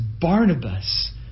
Barnabas